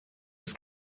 its